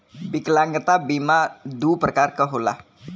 विकलागंता बीमा दू प्रकार क होला